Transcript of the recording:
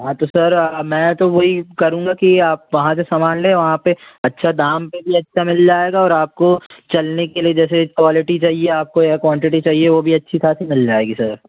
हाँ तो सर मैं तो वही करूँगा कि आप वहाँ से सामान लें वहाँ पर अच्छा दाम पर भी अच्छा मिल जाएगा और आपको चलने के लिए जैसे क्वालिटी चाहिए आपको या क्वांटिटी चाहिए वो भी अच्छी खासी मिल जाएगी सर